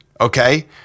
Okay